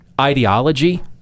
ideology